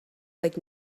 like